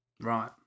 Right